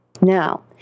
Now